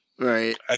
Right